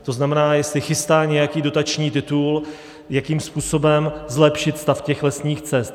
To znamená, jestli chystá nějaký dotační titul, jakým způsobem zlepšit stav lesních cest.